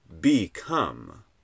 become